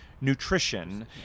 Nutrition